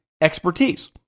expertise